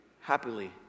Happily